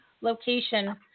location